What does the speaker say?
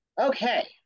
Okay